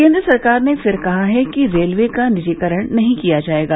केन्द्र सरकार ने फिर कहा है कि रेलवे का निजीकरण नहीं किया जाएगा